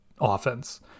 offense